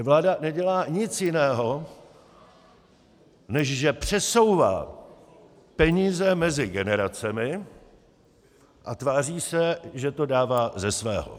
Vláda nedělá nic jiného, než že přesouvá peníze mezi generacemi a tváří se, že to dává ze svého.